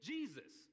Jesus